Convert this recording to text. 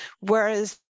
whereas